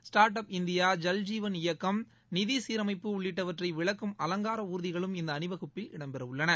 startup India Jal Jeevan இயக்கம் நிதி சீரமைப்பு உள்ளிட்டவற்றை விளக்கும் அலங்கர ஊர்திகளும் இந்த அணி வகுப்பில் இடம்பெற உள்ளன